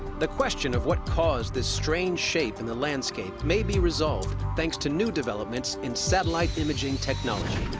the question of what caused this strange shape in the landscape may be resolved thanks to new developments in satellite imaging technology.